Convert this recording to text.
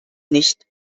nicht